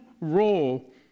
role